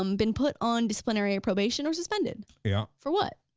um been put on disciplinary probation or suspended? yeah. for what?